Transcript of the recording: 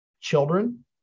children